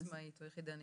עצמאית או יחידנית.